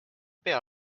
pea